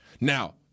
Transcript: Now